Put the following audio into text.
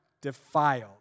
defiled